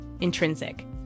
intrinsic